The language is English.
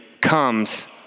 comes